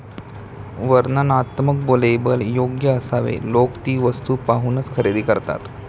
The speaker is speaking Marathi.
वर्णनात्मक लेबल योग्य असावे लोक ती वस्तू पाहूनच खरेदी करतात